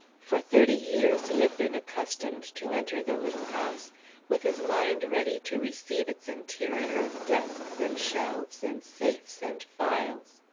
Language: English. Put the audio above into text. for thirty years he had been accustomed to enter the little house with his mind ready to receive its interior of desks and shelves and safes and files.